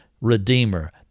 redeemer